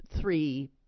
three